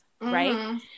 right